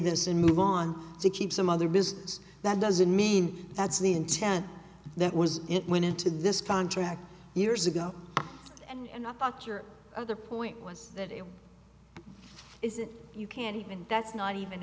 this and move on to keep some other business that doesn't mean that's the intent that was it went into this contract years ago and i think your other point was that it is it you can't even that's not even